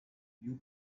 you